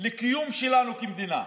לקיום שלנו כמדינה.